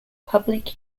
public